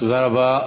תודה רבה.